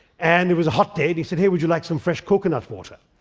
and it was a hot day and he said, hey, would you like some fresh coconut water?